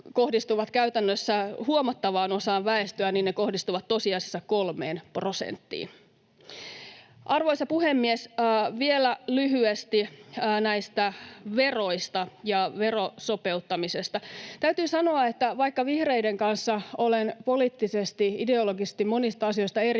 käytännössä huomattavaan osaan väestöä, kohdistuu tosiasiassa kolmeen prosenttiin. Arvoisa puhemies! Vielä lyhyesti näistä veroista ja verosopeuttamisesta. Täytyy sanoa, että vaikka vihreiden kanssa olen poliittisesti, ideologisesti monista asioista eri mieltä,